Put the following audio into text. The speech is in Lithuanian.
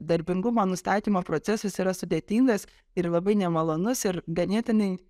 darbingumo nustatymo procesas yra sudėtingas ir labai nemalonus ir ganėtinai